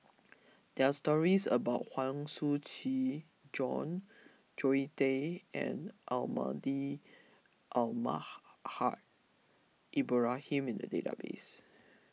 there are stories about Huang Shiqi Joan Zoe Tay and Almahdi Alma Haj Ibrahim in the database